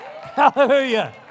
Hallelujah